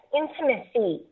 intimacy